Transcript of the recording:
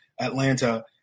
Atlanta